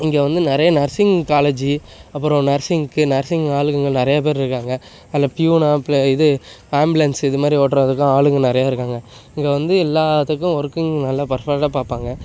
இங்கே வந்து நறைய நர்ஸிங் காலேஜி அப்புறோம் நர்ஸிங்க்கு நர்ஸிங் ஆளுங்க நிறைய பேர் இருக்காங்க அதில் ப்யூனாக ப்ள இது ஆம்ப்ளன்ஸு இது மாதிரி ஓடுறதுக்கும் ஆளுங்க நிறைய இருக்காங்க இங்கே வந்து எல்லாத்துக்கும் ஒர்க்கிங் நல்லா பர்ஃபெக்ட்டாக பார்ப்பாங்க